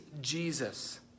Jesus